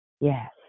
Yes